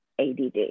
ADD